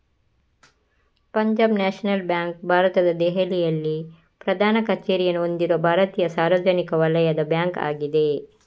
Punjab National Bank ಭಾರತದ ದೆಹಲಿಯಲ್ಲಿ ಪ್ರಧಾನ ಕಚೇರಿಯನ್ನು ಹೊಂದಿರುವ ಭಾರತೀಯ ಸಾರ್ವಜನಿಕ ವಲಯದ ಬ್ಯಾಂಕ್ ಆಗಿದೆ